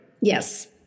Yes